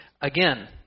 Again